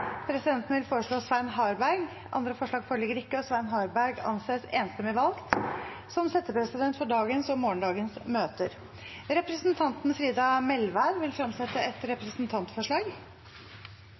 Presidenten vil foreslå Svein Harberg. – Andre forslag foreligger ikke, og Svein Harberg er enstemmig valgt som settepresident for dagens og morgendagens møte. Representanten Frida Melvær vil fremsette et